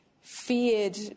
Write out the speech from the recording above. feared